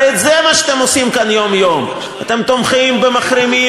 הרי זה מה שאתם עושים כאן יום-יום אתם תומכים במחרימים,